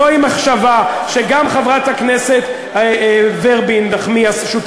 זוהי מחשבה שגם חברת הכנסת נחמיאס ורבין